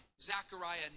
Zechariah